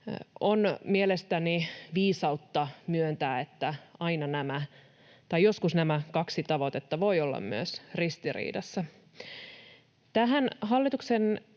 On mielestäni viisautta myöntää, että joskus nämä kaksi tavoitetta voivat olla myös ristiriidassa. Tähän hallituksen